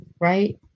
Right